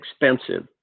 expensive